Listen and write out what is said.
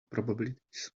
probabilities